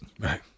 Right